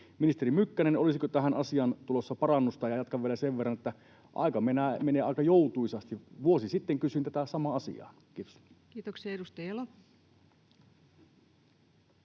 Ministeri Mykkänen, olisiko tähän asiaan tulossa parannusta? Ja jatkan vielä sen verran, että aika menee aika joutuisasti: vuosi sitten kysyin tätä samaa asiaa. — Kiitos. Kiitoksia. — Edustaja Elo.